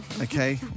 okay